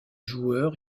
joueur